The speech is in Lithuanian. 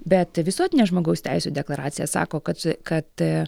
bet visuotinė žmogaus teisių deklaracija sako kad kad